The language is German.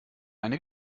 eine